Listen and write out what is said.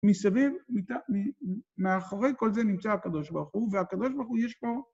מסביב, מאחורי כל זה נמצא הקדוש ברוך הוא, והקדוש ברוך הוא יש פה...